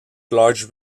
large